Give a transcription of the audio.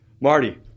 Marty